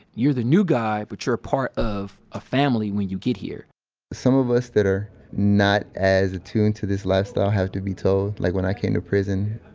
you're the new guy but you're a part of a family when you get here some of us that are not as attuned to this lifestyle have to be told like when i came to prison,